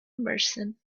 merchant